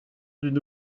d’une